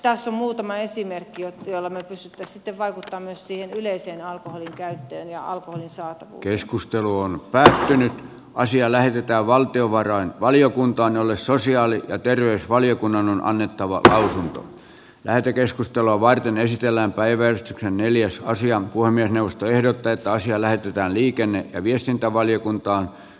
tässä on muutama esimerkki joilla me pystyisimme sitten vaikuttamaan myös siihen yleiseen alkoholinkäyttöön ja alkoholi saa keskustelu on pääsääntöinen asia lähetetään valtiovarainvaliokuntaan jolle sosiaali ja terveysvaliokunnan on annettava täysi lähetekeskustelua varten esitellään päiväys neljäs asian kuin minusta ehdotetaan ja alkoholin saatavuuteen